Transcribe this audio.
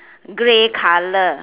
grey colour